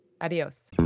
Adios